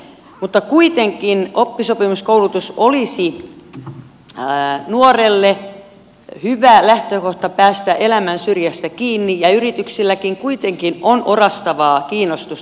mutta kuitenkin oppisopimuskoulutus olisi nuorelle hyvä lähtökohta päästä elämän syrjästä kiinni ja yrityksilläkin kuitenkin on orastavaa kiinnostusta tähän